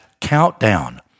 countdown